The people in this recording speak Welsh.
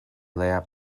leia